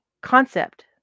concept